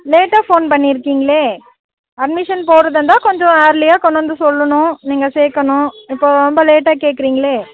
லேட்டாக ஃபோன் பண்ணிருக்கீங்களே அட்மிஷன் போடுறதாக இருந்தால் கொஞ்சம் ஏர்லியாக கொண்டு வந்து சொல்லணும் நீங்கள் சேர்க்கணும் இப்போது ரொம்ப லேட்டாக கேக்கிறீங்ளே